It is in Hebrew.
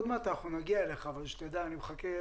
עוד מעט נגיד אליך אבל שתדע אני מחכה,